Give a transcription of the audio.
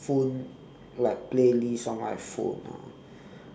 phone like playlist on my phone ah